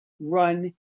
run